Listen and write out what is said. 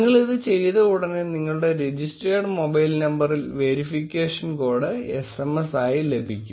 നിങ്ങൾ ഇത് ചെയ്ത ഉടനെ നിങ്ങളുടെ രെജിസ്റ്റേർഡ് മൊബൈൽ നമ്പറിൽ വെരിഫിക്കേഷൻ കോഡ് SMS ആയി ലഭിക്കും